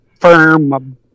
firm